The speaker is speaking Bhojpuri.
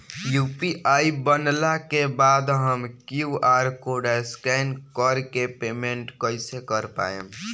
यू.पी.आई बनला के बाद हम क्यू.आर कोड स्कैन कर के पेमेंट कइसे कर पाएम?